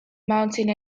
mountains